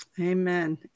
Amen